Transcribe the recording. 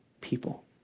people